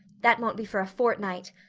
that won't be for a fortnight.